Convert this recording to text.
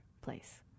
place